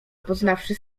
poznawszy